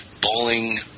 bowling